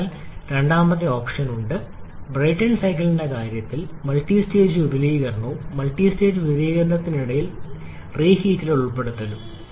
അതിനാൽ രണ്ടാമത്തെ ഓപ്ഷൻ ഉണ്ട് ബ്രൈടൺ സൈക്കിളിന്റെ കാര്യത്തിൽ മൾട്ടിസ്റ്റേജ് വിപുലീകരണവും മൾട്ടിസ്റ്റേജ് വിപുലീകരണത്തിനിടയിൽ വീണ്ടും ചൂടാക്കൽ ഉൾപ്പെടുത്തലും